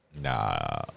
Nah